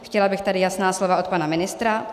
Chtěla bych tady jasná slova od pana ministra.